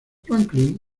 franklin